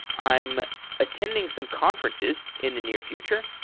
i am attending some conferences in the near future.